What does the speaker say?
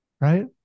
right